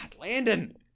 Landon